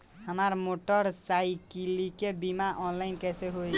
हमार मोटर साईकीलके बीमा ऑनलाइन कैसे होई?